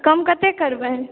कम कते करबै